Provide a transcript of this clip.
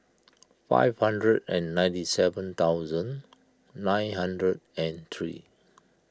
five hundred and ninety seven thousand nine hundred and three